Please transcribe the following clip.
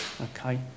okay